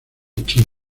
chile